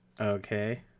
Okay